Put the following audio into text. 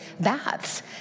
baths